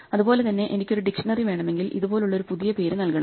അതുപോലെ തന്നെ എനിക്ക് ഒരു ഡിക്ഷ്ണറി വേണമെങ്കിൽ ഇതുപോലുള്ള ഒരു പുതിയ പേര് നൽകണം